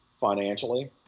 financially